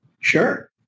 Sure